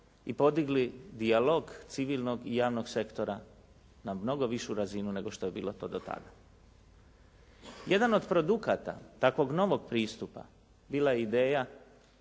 i podigli dijalog civilnog i javnog sektora na mnogo višu razinu nego što je bilo to do tada. Jedan od produkata takvog novog pristupa bila je ideja